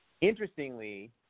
Interestingly